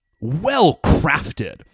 well-crafted